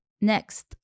Next